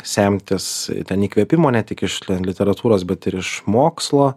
semtis ten įkvėpimo ne tik iš ten literatūros bet ir iš mokslo